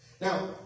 Now